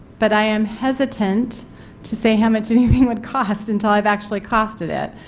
but i'm hesitant to say how much anything would cost until i've actually costed it.